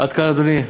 עד כאן, אדוני.